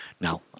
Now